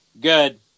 Good